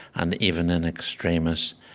and even in extremes,